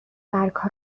برگها